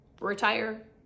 retire